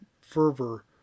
fervor